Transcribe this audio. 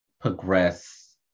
progress